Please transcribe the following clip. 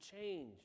change